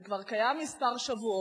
זה כבר קיים כמה שבועות,